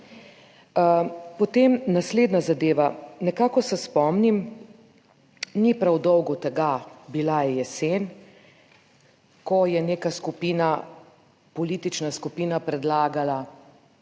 Potem naslednja zadeva. Nekako se spomnim, ni prav dolgo tega, bila je jesen, ko je neka skupina, politična skupina, predlagala